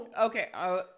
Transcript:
Okay